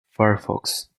firefox